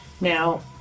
Now